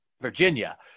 Virginia